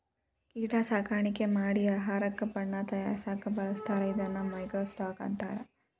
ಕೇಟಾ ಸಾಕಾಣಿಕೆ ಮಾಡಿ ಆಹಾರಕ್ಕ ಬಣ್ಣಾ ತಯಾರಸಾಕ ಬಳಸ್ತಾರ ಇದನ್ನ ಮೈಕ್ರೋ ಸ್ಟಾಕ್ ಅಂತಾರ